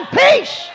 peace